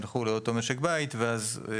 ילכו לאותו משק בית ושוב,